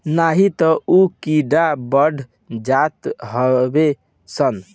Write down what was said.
नाही तअ उ कीड़ा बढ़त जात हवे सन